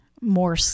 more